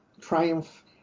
triumph